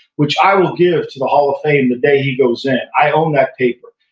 which i will give to the hall of fame the day he goes in, i own that paper,